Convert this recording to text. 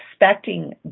expecting